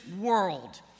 world